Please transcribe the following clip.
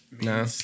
No